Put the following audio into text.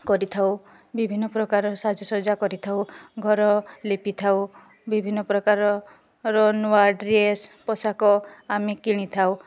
କରିଥାଉ ବିଭିନ୍ନ ପ୍ରକାରର ସାଜସଜା କରିଥାଉ ଘର ଲିପି ଥାଉ ବିଭିନ୍ନ ପ୍ରକାରର ନୂଆ ଡ୍ରେସ୍ ପୋଷାକ ଆମେ କିଣିଥାଉ